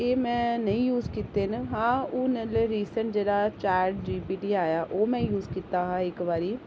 एह् में नेईं यूज कीत्ते न हां उ'नें जेह्ले रिसैंटली जेह्ड़ा चार जी पी टी आया ओह् यूज कीत्ता हा इक बारी